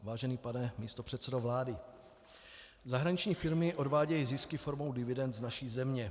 Vážený pane místopředsedo vlády, zahraniční firmy odvádějí zisky formou dividend z naší země.